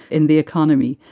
in the economy.